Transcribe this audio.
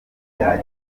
bya